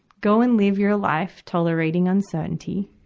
go and live your life tolerating uncertainty,